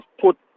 put